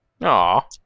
Aw